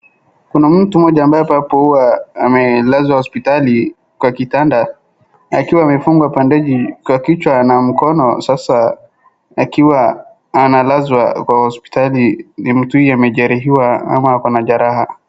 Kuna mtu mmoja ambapo hapo huwa amelazwa hospitali kwa kitanda akiwa amefungwa bandeji kwa kichwa na mkono, sasa akiwa amelazwa kwa hospitali, mtu huyu amejeruhiwa ama ako na jeraha.